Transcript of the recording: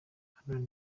haruna